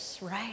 right